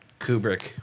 Kubrick